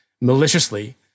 maliciously